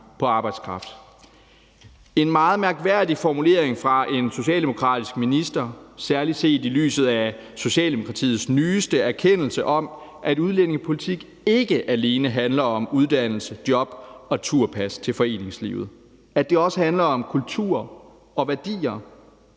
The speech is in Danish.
på arbejdskraft«. Det er en meget mærkværdig formulering fra en socialdemokratisk minister, særlig set i lyset af Socialdemokratiets nyeste erkendelse af, at udlændingepolitik ikke alene handler om uddannelse, job og turpas til foreningslivet – at det altså også handler om kultur og værdier.